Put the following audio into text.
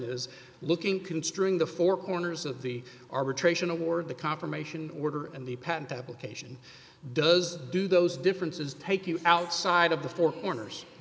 is looking can string the four corners of the arbitration award the confirmation order and the patent application does do those differences take you outside of the four corners